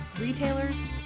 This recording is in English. Retailers